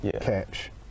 catch